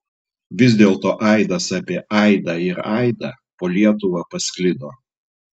vis dėlto aidas apie aidą ir aidą po lietuvą pasklido